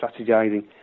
strategising